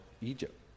Egypt